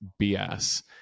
BS